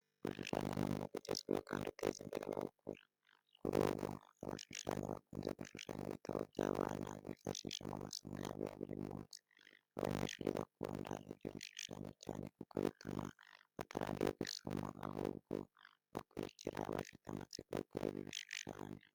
Gushushanya ni umwuga ugezweho kandi uteza imbere abawukora. Kuri ubu abashushanya bakunze gushushanya ibitabo by'abana bifashisha mu masomo yabo ya buri munsi. Abanyeshuri bakunda ibyo bishushanyo cyane kuko bituma batarambirwa isomo, ahubwo bakurikira bafite amatsiko yo kureba ibishushanyo.